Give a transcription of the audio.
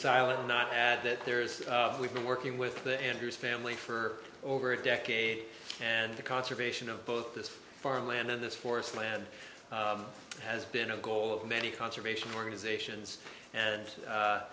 silent not add that there is we've been working with the andrews family for over a decade and the conservation of both this farm land and this forest land has been a goal of many conservation organizations and